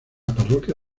parroquia